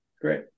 Great